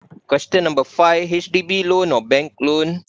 question number five H_D_B loan or bank loan